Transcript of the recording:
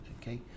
okay